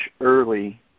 early